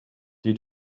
die